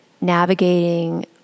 navigating